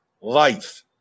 life